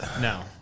No